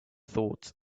thought